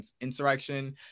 insurrection